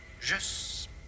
juste